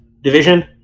division